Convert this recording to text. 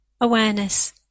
awareness